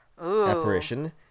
apparition